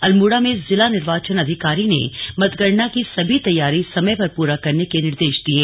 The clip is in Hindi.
अल्मोडा में जिला निर्वाचन अधिकारी ने मतगणना की सभी तैयारी समय पर पुरा करने के निर्देश दिये